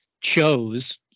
chose